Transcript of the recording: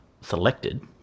selected